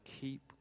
keep